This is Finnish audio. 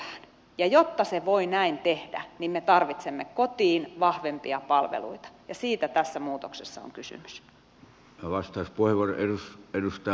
ja jotta se voi näin tehdä me tarvitsemme kotiin vahvempia palveluita ja siitä tässä muutoksessa on kysymys